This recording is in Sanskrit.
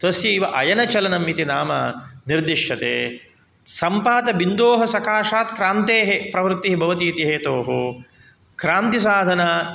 तस्यैव अयनचलनम् इति नाम निर्दिश्यते सम्पातबिन्दोः सकाशात् क्रान्तेः प्रवृत्तिः भवति इति हेतोः क्रान्तिसाधना